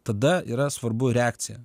tada yra svarbu reakcija